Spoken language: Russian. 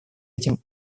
этим